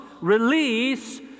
release